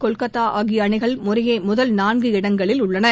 கொல்கத்தா ஆகிய அணிகள் முறையே முதல் நான்கு இடங்களில் உள்ளன